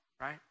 right